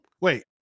Wait